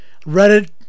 Reddit